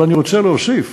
אבל אני רוצה להוסיף,